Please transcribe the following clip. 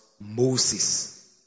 Moses